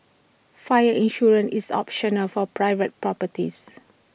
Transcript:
fire insurance is optional for private properties